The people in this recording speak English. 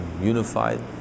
unified